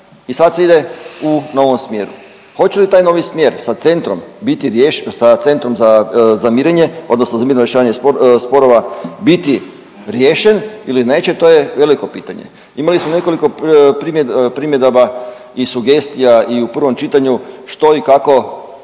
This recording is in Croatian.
i sad se ide u novom smjeru. Hoće li taj novi smjer sa centrom biti, sa centrom za mirenje odnosno za mirno rješavanje sporova biti riješen ili neće to je veliko pitanje. Imali smo nekoliko primjedaba i sugestija i u prvom čitanju što i kako